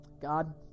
God